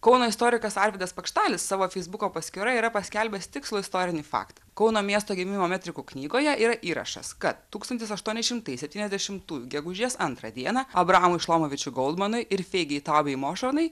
kauno istorikas arvydas pakštalis savo feisbuko paskyroje yra paskelbęs tikslų istorinį faktą kauno miesto gimimo metrikų knygoje yra įrašas kad tūkstantis aštuoni šimtai septyniasdešimtųjų gegužės antrą dieną abraamui šlomavičiui goldmanui ir feigei tabei mošonai